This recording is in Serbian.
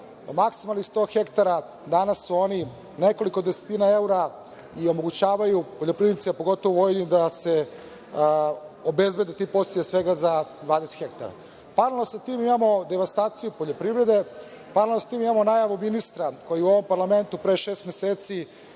maksimalnih 100 hektara danas su oni nekoliko desetina evra i omogućavaju poljoprivrednicima, pogotovo u Vojvodini da se obezbede ti podsticaji pre svega za 20 hektara. Paralelno sa tim imamo devastaciju poljoprivrede. Paralelno sa tim imamo najavu ministra, koji je ovde u parlamentu pre šest meseci,